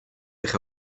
eich